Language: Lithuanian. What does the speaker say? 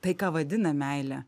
tai ką vadina meile